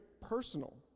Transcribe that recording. personal